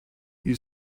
you